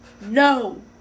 No